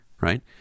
right